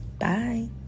Bye